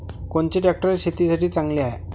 कोनचे ट्रॅक्टर शेतीसाठी चांगले हाये?